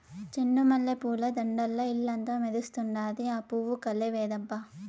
చెండు మల్లె పూల దండల్ల ఇల్లంతా మెరుస్తండాది, ఆ పూవు కలే వేరబ్బా